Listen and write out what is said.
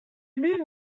new